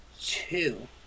two